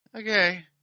Okay